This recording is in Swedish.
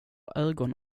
ögon